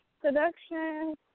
Production